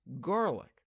garlic